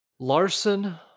Larson